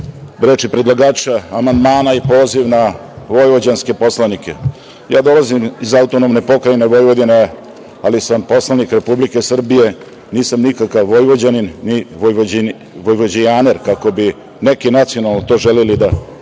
reči predlagača amandmana i poziv na vojvođanske poslanike. Ja dolazim iz AP Vojvodine, ali sam poslanik Republike Srbije, nisam nikakav Vojvođanin, ni vojvođijaner, kako bi neki nacionalno to želeli da